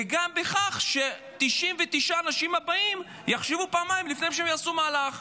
וגם בכך ש-99 האנשים הבאים יחשבו פעמיים לפני שהם יעשו מהלך.